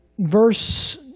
verse